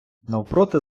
навпроти